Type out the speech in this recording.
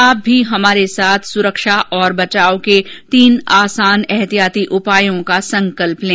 आप भी हमारे साथ सुरक्षा और बचाव के तीन आसान एहतियाती उपायों का संकल्प लें